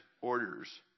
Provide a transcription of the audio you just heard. orders